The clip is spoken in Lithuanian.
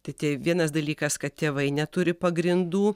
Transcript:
tai tie vienas dalykas kad tėvai neturi pagrindų